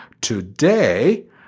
Today